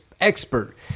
expert